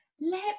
let